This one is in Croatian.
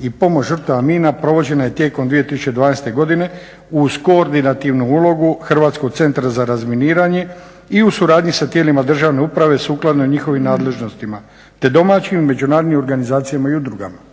i pomoć žrtava mina provođena je tijekom 2012. godine uz koordinativnu ulogu Hrvatskog centra za razminiranje i u suradnji sa tijelima državne uprave sukladno njihovim nadležnostima, te domaćim međunarodnim organizacijama i udrugama.